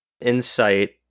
insight